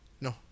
No